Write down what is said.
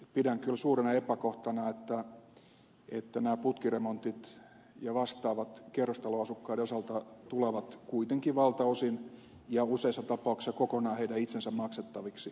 pidän kyllä suurena epäkohtana että nämä putkiremontit ja vastaavat kerrostaloasukkaiden osalta tulevat kuitenkin valtaosin ja useissa tapauksissa kokonaan heidän itsensä maksettaviksi